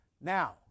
Now